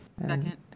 Second